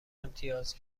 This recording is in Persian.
امتیاز